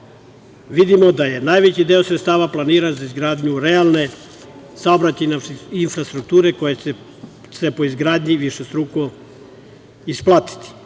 vidimo da je najveći deo sredstava planiran za izgradnju realne saobraćajne infrastrukture koja će se po izgradnji višestruko isplatiti.